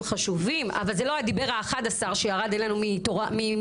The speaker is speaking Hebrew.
חשובים אבל זה לא הדיבר ה-11 שירד אלינו מסיני.